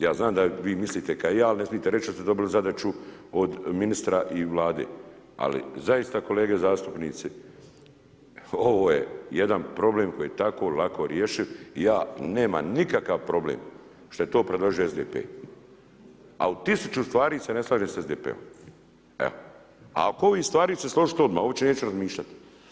Ja znam da vi mislite kao i ja, ali ne smijete reći jer ste dobili zadaću od ministra i Vlade, ali zaista kolege zastupnici ovo je jedan problem koji je tako lako rješiv i ja nemam nikakav problem što je to predložio SDP, ali u tisuću stvari se ne slažem s SDP-om, a oko ovih stvari ću se složiti odmah, uopće neću razmišljati.